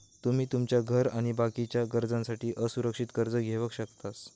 तुमी तुमच्या घर आणि बाकीच्या गरजांसाठी असुरक्षित कर्ज घेवक शकतास